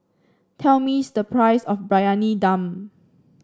tell Miss the price of Briyani Dum